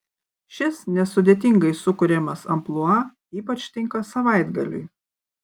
šis nesudėtingai sukuriamas amplua ypač tinka savaitgaliui